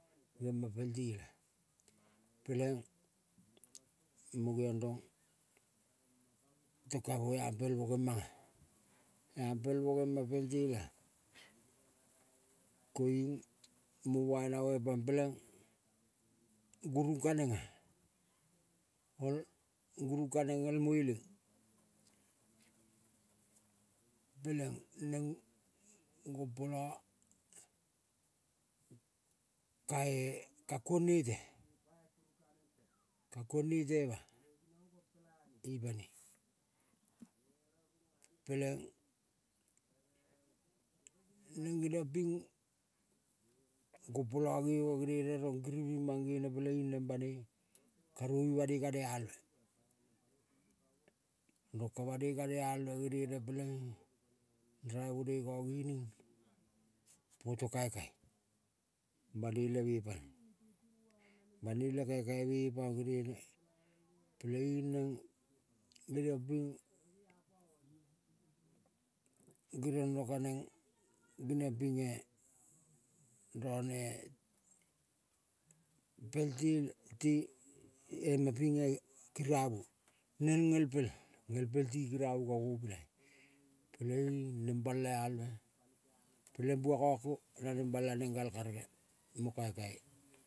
Gema pel tela peleng mo geong rong tong ka mo ampel mo gemanga. Ampel mo gemang pel tela-a koiung mo bai namo ipang peleng gurung kanenga ol el. Mueleng peleng neng gompola kae ka kuong nete ka kuang netema ti paning peleng neng geniong ping gompola gemo genene rong giriving, mang gene pele ing neng banoi karovu banoi gane alve. Rong ka banoi gane alve genene peleing raivonoi ngangining poto, kaikai bane i leme panga. Banei le kaikaime pa gene peleing neng geniong ping geriong rong kaneng, geniong pinge rone pel tele te emapinge tiriavu neng ngelpel, ngeng pel ti. Kiravu kongo pilai peleing neng bala alve peleng bua ngako naneng bala neng gal kare ge mo kaikai.